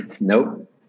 Nope